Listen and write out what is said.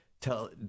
tell